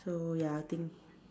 so ya I think